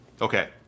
Okay